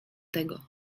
tego